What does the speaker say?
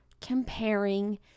comparing